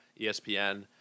ESPN